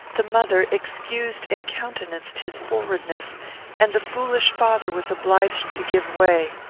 the mother excused and countenanced his frowardness, and the foolish father was obliged to give way.